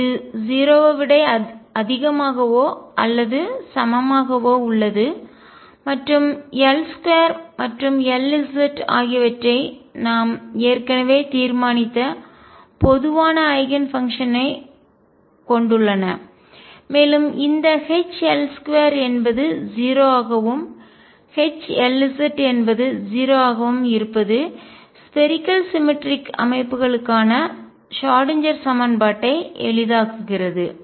இது 0 ஐ விட அதிகமாகவோ அல்லது சமமாகவோ உள்ளது மற்றும் L2 மற்றும் Lz ஆகியவை நாம் ஏற்கனவே தீர்மானித்த பொதுவான ஐகன் ஃபங்க்ஷன்களைக் கொண்டுள்ளன மேலும் இந்த H L2 என்பது 0 ஆகவும் H Lz என்பது 0 ஆகவும் இருப்பது ஸ்பேரிக்கல் சிமெட்ரிக் கோள சமச்சீர் அமைப்புகளுக்கான ஷ்ராடின்ஜெர் சமன்பாட்டை எளிதாக்குகிறது